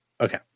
Okay